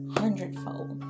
hundredfold